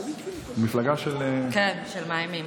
מפלגה של, של מאיימים.